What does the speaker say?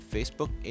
Facebook